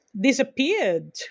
disappeared